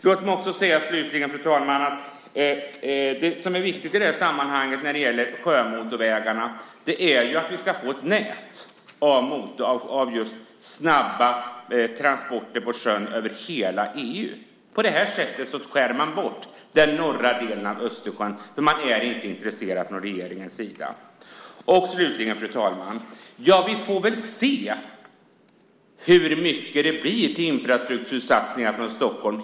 Låt mig också säga, fru talman, att det som är viktigt när det gäller sjömotorvägarna ju är att vi ska få ett nät av just snabba transporter på sjön över hela EU. På det här sättet skär man bort den norra delen av Östersjön, för man är inte intresserad från regeringens sida. Slutligen, fru talman, får vi väl se hur mycket till infrastruktursatsningar det blir från Stockholm.